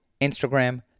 Instagram